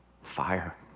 Fire